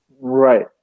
Right